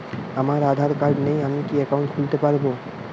আমার আধার কার্ড নেই আমি কি একাউন্ট খুলতে পারব?